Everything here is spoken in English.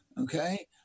Okay